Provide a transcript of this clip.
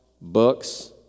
books